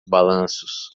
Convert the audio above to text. balanços